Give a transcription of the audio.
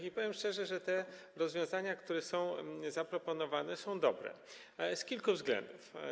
I powiem szczerze, że te rozwiązania, które są zaproponowane, są dobre z kilku względów.